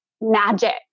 magic